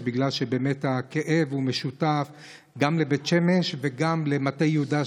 בגלל שבאמת הכאב משותף גם לבית שמש וגם למטה יהודה,